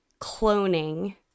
cloning